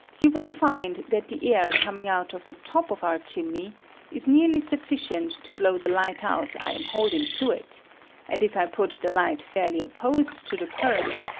you will find that the air coming out of the top of our chimney is nearly sufficient to blow the light out i am holding to it and if i put the light fairly opposed to the current,